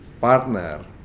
partner